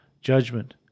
judgment